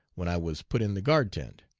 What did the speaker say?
when i was put in the guard tent.